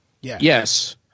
Yes